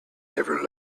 never